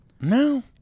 no